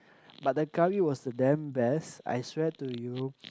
but the curry was the damn best I swear to you